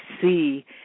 see